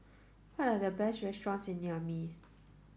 what are the best restaurants in Niamey